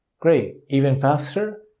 great. even faster.